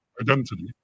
identity